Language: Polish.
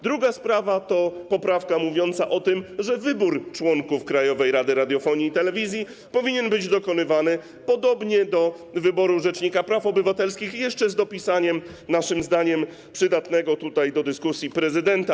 Druga sprawa to poprawka mówiąca o tym, że wybór członków Krajowej Rady Radiofonii i Telewizji powinien być dokonywany podobnie jak wybór rzecznika praw obywatelskich, z dopisaniem naszym zdaniem przydatnego w tej dyskusji prezydenta.